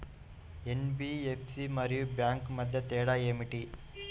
NBFC మరియు bank మధ్య తేడా ఏమిటి?